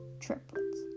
triplets